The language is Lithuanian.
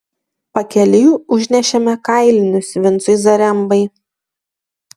pakeliui užnešėme kailinius vincui zarembai